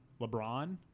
LeBron